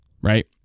right